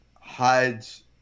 hides